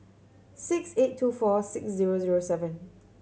six eight two four six zero zero seven